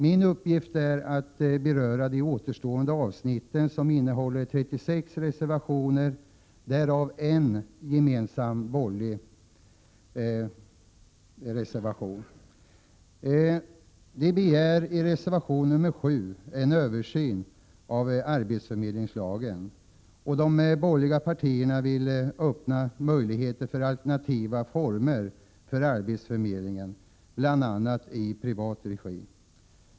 Min uppgift är att beröra de återstående avsnitten, som innehåller 36 reservationer, därav en gemensam borgerlig reservation. I reservation nr 7 begär de tre borgerliga partierna en översyn av arbetsförmedlingslagen. De borgerliga partierna vill öppna möjligheter för alternativa former av arbetsförmedling, bl.a. i privat regi.